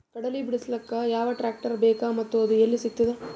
ಕಡಲಿ ಬಿಡಿಸಲಕ ಯಾವ ಟ್ರಾಕ್ಟರ್ ಬೇಕ ಮತ್ತ ಅದು ಯಲ್ಲಿ ಸಿಗತದ?